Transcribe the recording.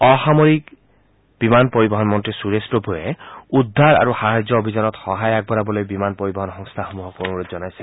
অসামৰিক বিমান পৰিবহণ মন্তী সুৰেশ প্ৰভুৱে উদ্ধাৰ আৰু সাহায্য অভিযানত সহায় আগবঢ়াবলৈ বিমান পৰিবহণ সংস্থাসমূহক অনুৰোধ জনাইছে